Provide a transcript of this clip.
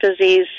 disease